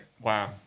Wow